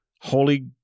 holy